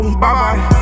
bye-bye